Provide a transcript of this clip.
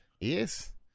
yes